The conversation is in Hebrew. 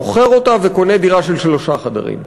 מוכר אותה וקונה דירה של שלושה חדרים.